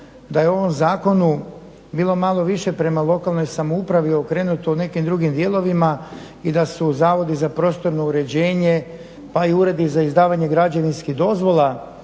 da je u ovom zakonu bilo malo više prema lokalnoj samoupravi okrenuto u nekim drugim dijelovima i da su zavodi za prostorno uređenje pa i uredi za izdavanje građevinskih dozvola